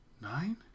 nine